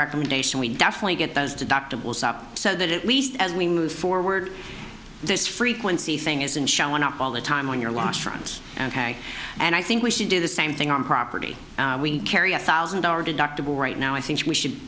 recommendation we definitely get those deductibles up so that at least as we move forward this frequency thing isn't showing up all the time when you're washrooms ok and i think we should do the same thing on property we carry a thousand dollar deductible right now i think we should